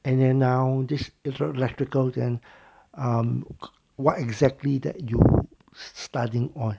and then now this electrical then um what exactly that you're studying on